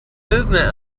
movement